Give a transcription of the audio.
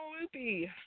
Loopy